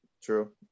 True